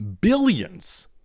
billions